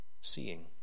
seeing